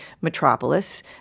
metropolis